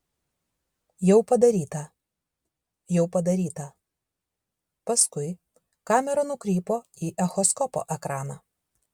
jau padaryta jau padaryta paskui kamera nukrypo į echoskopo ekraną